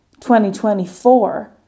2024